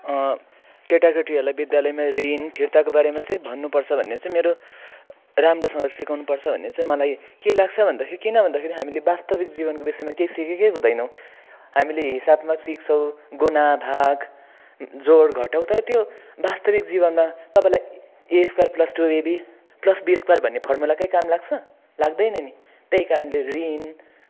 केटाकेटीहरूलाई विद्यालयमा ऋण फिर्ताको बारेमा चाहिँ भन्नुपर्छ भन्ने चाहिँ मेरो राम्रोसँग सिकाउनुपर्छ भन्ने चाहिँ मलाई के लाग्छ भन्दाखेरि किन भन्दाखेरि हामीले वास्तविक जीवनको विषयमा केही सिकेकै हुँदैनौँ हामीले हिसाबमा सिक्छौँ गुणा भाग जोड घटाउ तर त्यो वास्तविक जीवनमा तपाईँलाई A square plus two A B plus B square भन्ने फर्मुला केही काम लाग्छ लाग्दैन नि त्यही कारणले ऋण